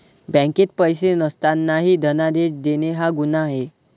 बँकेत पैसे नसतानाही धनादेश देणे हा गुन्हा आहे